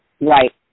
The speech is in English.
right